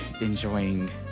enjoying